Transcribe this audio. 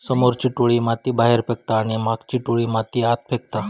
समोरची टोळी माती बाहेर फेकता आणि मागची टोळी माती आत फेकता